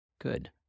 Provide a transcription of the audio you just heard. Good